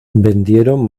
vendieron